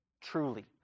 truly